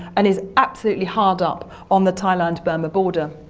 and is absolutely hard up on the thailand-burma border.